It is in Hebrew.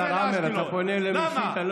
השר עמר, אתה פונה אליו אישית.